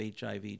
HIV